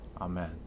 Amen